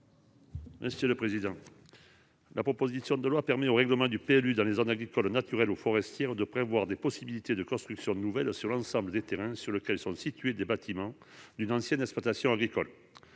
Bouad. La présente proposition de loi permet aux règlements de PLU de prévoir, dans les zones agricoles, naturelles ou forestières, la possibilité de constructions nouvelles sur l'ensemble des terrains sur lesquels sont situés les bâtiments d'une ancienne exploitation agricole.